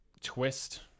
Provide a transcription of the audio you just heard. twist